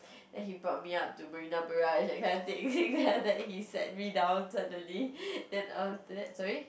then he brought me up to Marina-Barrage that kind of thing then I was like he sat me down suddenly then after that sorry